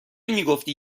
میگفتی